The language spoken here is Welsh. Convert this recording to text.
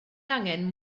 angen